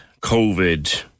COVID